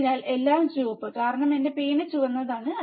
അതിനാൽ എല്ലാം ചുവപ്പ് കാരണം എന്റെ പേന ചുവന്നതാണ്